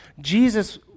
jesus